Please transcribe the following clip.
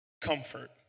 Comfort